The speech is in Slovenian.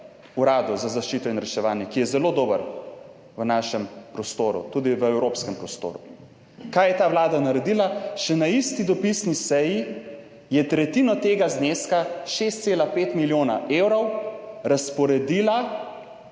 Uradu za zaščito in reševanje, ki je zelo dober v našem prostoru, tudi v evropskem prostoru. Kaj je ta Vlada naredila? Še na isti dopisni seji je tretjino tega zneska, 6,5 milijona evrov razporedila